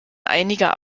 einiger